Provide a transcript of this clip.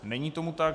Není tomu tak.